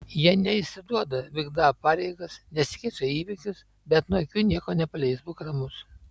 jie neišsiduoda vykdą pareigas nesikiša į įvykius bet nuo akių nieko nepaleis būk ramus